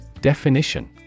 Definition